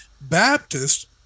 Baptist